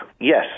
yes